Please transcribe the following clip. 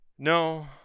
No